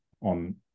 on